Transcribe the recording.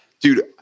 Dude